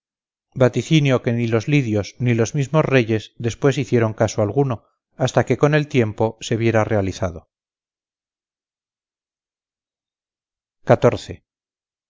vaticinio de que ni los lidios ni los mismos reyes después hicieron caso alguno hasta que con el tiempo se viera realizado